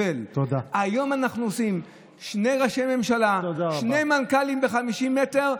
ובעצם אנחנו קצת חוזרים לתקופה של טרום המדינה,